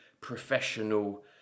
professional